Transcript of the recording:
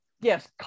Yes